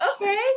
okay